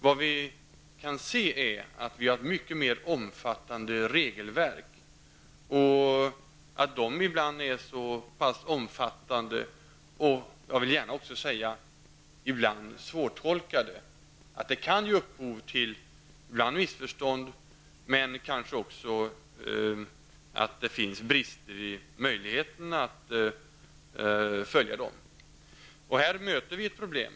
Vi har ett mycket mer omfattande regelverk, som ibland är så omfattande och någon gång så svårtolkat, att det kan ge upphov till missförstånd och någon gång brister när det gäller möjligheten att följa dem. Här möter vi ett problem.